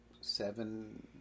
seven